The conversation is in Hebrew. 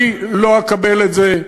אני לא אקבל את זה.